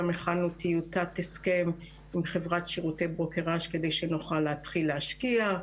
גם הכנו טיוטת הסכם עם חברת שירותי ברוקראז' כדי שנוכל להתחיל להשקיע,